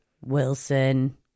Wilson